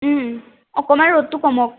অকণমান ৰ'দটো কমক